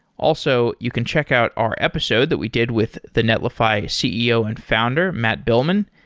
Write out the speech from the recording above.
also, you can check out our episode that we did with the netlify ceo and founder, matt biilmann.